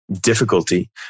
difficulty